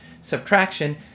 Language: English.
subtraction